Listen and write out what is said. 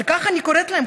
על כן אני קוראת לכם,